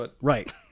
right